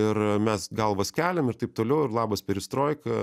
ir mes galvas keliam ir taip toliau ir labas perestroika